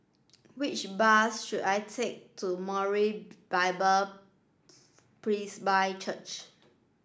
which bus should I take to Moriah Bible Presby Church